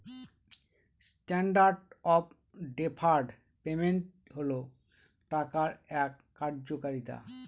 standard of deferred payment হল টাকার এক কার্যকারিতা